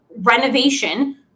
renovation